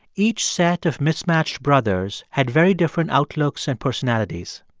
each set of mismatched brothers had very different outlooks and personalities.